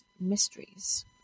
mysteries